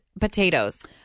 potatoes